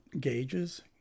gauges